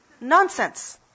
nonsense